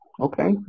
Okay